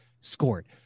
scored